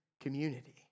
community